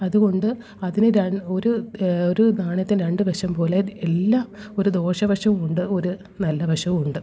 അതുകൊണ്ട് അതിന് ഒരു ഒരു നാണയത്തിന്റെ രണ്ടുവശംപോലെ എല്ലാ ഒരു ദോഷവശവും ഉണ്ട് ഒരു നല്ലവശവും ഉണ്ട്